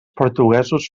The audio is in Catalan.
portuguesos